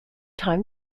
time